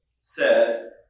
says